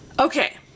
Okay